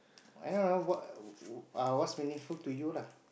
I don't know what err what's meaningful to you lah